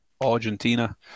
Argentina